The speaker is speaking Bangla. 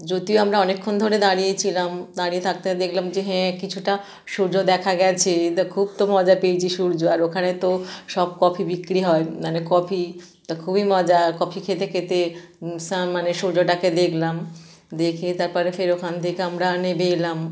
যদিও আমরা অনেকক্ষণ ধরে দাঁড়িয়ে ছিলাম দাঁড়িয়ে থাকতে দেখলাম যে হ্যাঁ কিছুটা সূর্য দেখা গেছে এদা খুব তো মজা পেয়েছি সূর্য আর ওখানে তো সব কফি বিক্রি হয় মানে কফি তা খুবই মজা আর কফি খেতে খেতে সান মানে সূর্যটাকে দেখলাম দেখে তারপরে ফের ওখান থেকে আমরা নেবে এলাম